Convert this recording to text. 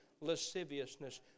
lasciviousness